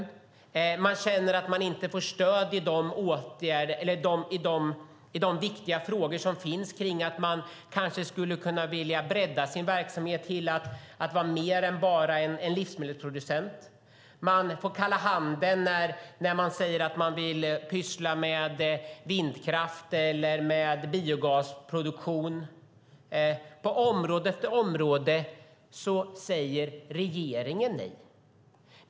Man känner att man inte får stöd i viktiga frågor kring att man kanske skulle vilja bredda sin verksamhet till att vara mer än bara en livsmedelsproducent. Man får kalla handen när man säger att man vill pyssla med vindkraft eller biogasproduktion. På område efter område säger regeringen nej.